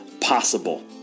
possible